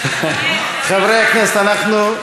חברי הכנסת, אנחנו,